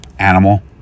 animal